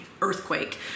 earthquake